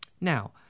Now